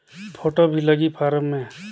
Photo भी लगी form मे?